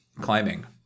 climbing